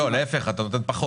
לא, להיפך, אתה נותן פחות.